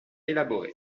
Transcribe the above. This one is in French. élaboré